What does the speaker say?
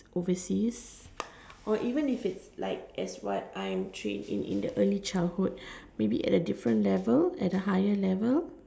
overseas or even if it's like as what I'm trained in in the early childhood maybe at a different level at a higher level